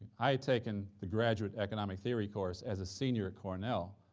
i had taken the graduate economic theory course as a senior at cornell,